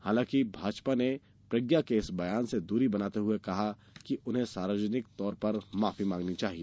हालांकि भाजपा ने प्रज्ञा के बयान से दूरी बनाते हुए कहा कि उन्हें सार्वजनिक तौर पर माफी मांगनी चाहिए